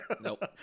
Nope